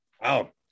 Wow